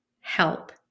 help